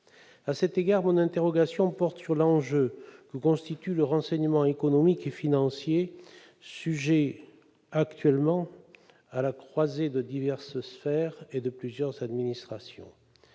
À cet égard, mon interrogation porte sur l'enjeu que constitue le renseignement économique et financier, sujet actuellement à la croisée de diverses sphères et de plusieurs administrations.